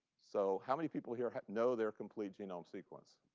so how many people here know their complete genome sequence?